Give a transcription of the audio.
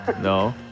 No